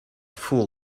fool